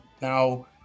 now